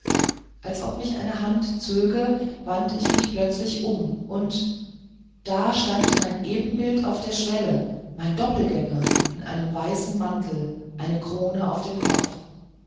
als ob mich eine hand zöge wandte ich mich plötzlich um und da stand mein ebenbild auf der schwelle mein doppelgänger in einem weißen mantel eine krone auf dem kopf